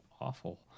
awful